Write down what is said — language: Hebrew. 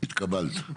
התקבלת.